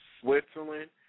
Switzerland